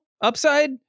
upside